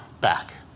back